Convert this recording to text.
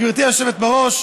גברתי היושבת בראש,